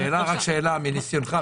מניסיונך,